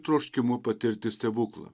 troškimu patirti stebuklą